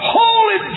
holy